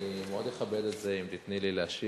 אני מאוד אכבד את זה אם תיתני לי להשיב,